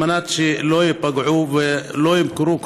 על מנת שלא ייפגעו ולא ימכרו,